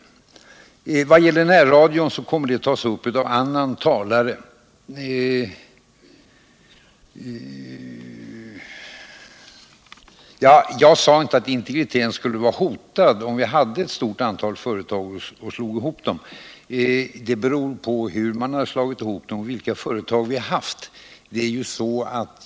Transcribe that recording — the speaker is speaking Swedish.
Frågorna beträffande närradion kommer att tas upp av en annan talare. Jag sade inte att integriteten skulle bli hotad, om vi hade ett stort antal företag och slog ihop dem. Det beror på hur sammanslagningen går till och vilka företag man har haft tidigare.